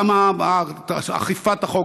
גם אכיפת החוק,